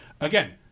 Again